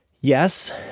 yes